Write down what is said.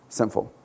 sinful